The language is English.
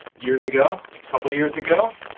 years ago, couple years and ago.